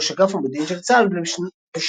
ראש אגף המודיעין של צה"ל בשנת